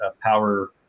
power